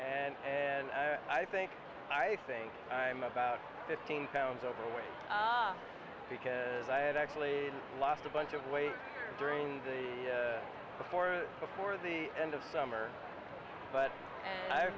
five and i think i think i'm about fifteen pounds overweight because i had actually lost a bunch of weight during the before or before the end of summer but